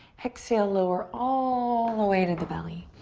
exhale, lower all the way to the belly.